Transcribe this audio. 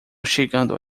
chegando